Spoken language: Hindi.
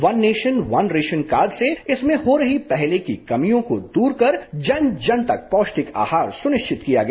one nation one ration card से इसमें हो रही पहले की कभियों को द्र कर जन जन तक पौष्टिक आहार सनिश्चित किया गया